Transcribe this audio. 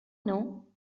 know